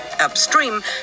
Upstream